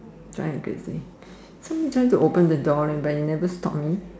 somebody try to open the door but then you never stop me